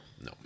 No